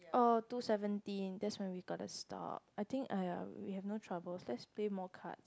oh two seventeen that's when we got to stop and I think !aiya! we have no trouble let's play more cards